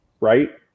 right